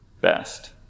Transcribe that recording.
best